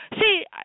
See